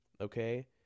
Okay